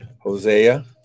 Hosea